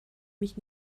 mich